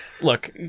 Look